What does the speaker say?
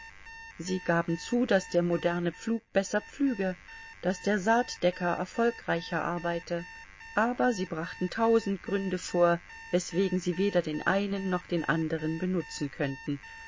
sie gaben zu daß der moderne pflug besser pflüge daß der saatdecker erfolgreicher arbeite aber sie brachten tausend gründe vor weswegen sie weder den einen noch den andern benutzen könnten